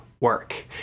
work